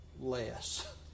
less